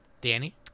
Danny